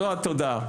זו התודה,